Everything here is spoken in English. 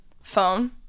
phone